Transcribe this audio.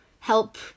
help